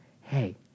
Hey